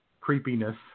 creepiness